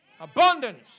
Abundance